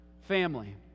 family